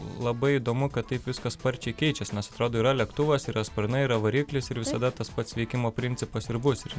labai įdomu kad taip viskas sparčiai keičias nes atrodo yra lėktuvas yra sparnai yra variklis ir visada tas pats veikimo principas ir bus ir